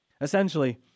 Essentially